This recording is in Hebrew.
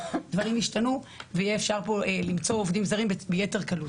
דברים ישתנו ויהיה אפשר למצוא פה עובדים זרים ביתר קלות.